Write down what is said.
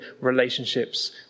relationships